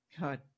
God